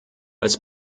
als